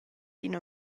ina